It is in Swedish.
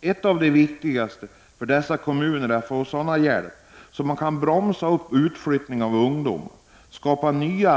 Något av det viktigaste för dessa kommuner är att få sådan hjälp att de kan bromsa utflyttningen av ungdom och skapa nya